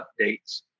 updates